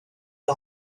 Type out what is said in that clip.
les